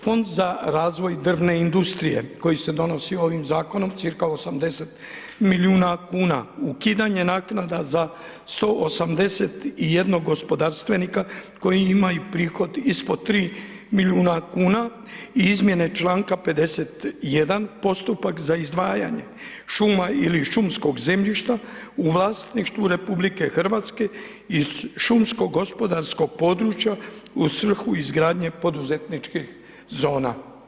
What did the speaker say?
Fond za razvoj drvne industrije, koji se donosi ovim zakonom, cirka 80 milijuna kuna, ukidanje naknada za 181 gospodarstvenika koji imaju prihod ispod 3 milijuna kuna i izmjene članak 51 postupak za izdvajanje šuma ili šumskog zemljišta u vlasništvu RH i šumskog gospodarskog područja u svrhu izgradnje poduzetničkih zona.